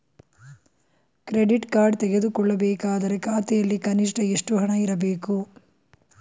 Credit card ತೆಗೆದುಕೊಳ್ಳಬೇಕಾದರೆ ಖಾತೆಯಲ್ಲಿ ಕನಿಷ್ಠ ಎಷ್ಟು ಹಣ ಇರಬೇಕು?